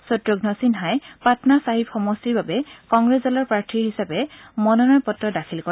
শক্ৰঘ় সিনহাই পাটনা চাহিব সমষ্টিৰ বাবে কংগ্ৰেছ দলৰ প্ৰাৰ্থী হিচাপে মনোনয়ন পত্ৰ দাখিল কৰে